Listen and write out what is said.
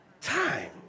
time